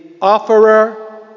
offerer